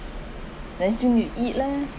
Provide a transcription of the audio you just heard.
then still need to eat leh